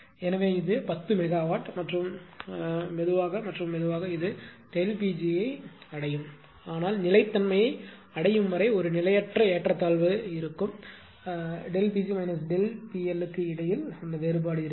எனவே இது 10 மெகாவாட் மற்றும் மெதுவாக மற்றும் மெதுவாக இது ΔP g ஐ அடையும் ஆனால் நிலைத்தன்மையை அடையும் வரை ஒரு நிலையற்ற ஏற்றத்தாழ்வு இருப்பதால் Pg PL க்கு இடையில் வேறுபாடு இருக்கும்